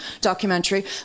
documentary